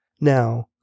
Now